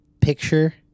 picture